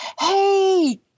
hey